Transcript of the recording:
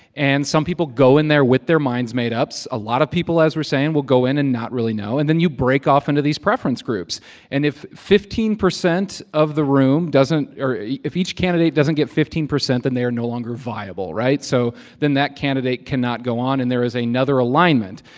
and some people go in there with their minds made up. a lot of people, as we're saying, will go in and not really know. and then you break off into these preference groups and if fifteen percent of the room doesn't or if each candidate doesn't get fifteen percent, then they are no longer viable, right? so then that candidate cannot go on, and there is another alignment.